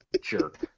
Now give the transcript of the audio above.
jerk